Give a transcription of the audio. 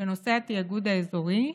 בנושא התיאגוד האזורי,